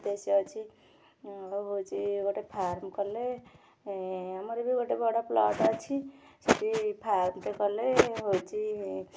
ଆମର ଉଦ୍ଦେଶ୍ୟ ଅଛି ଆଉ ହେଉଛି ଗୋଟେ ଫାର୍ମ କଲେ ଆମର ବି ଗୋଟେ ବଡ଼ ପ୍ଲଟ୍ ଅଛି ସେଠି ଫାର୍ମଟେ କଲେ ହେଉଛି